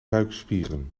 buikspieren